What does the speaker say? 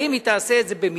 האם היא תעשה את זה במידה,